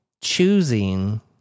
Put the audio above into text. choosing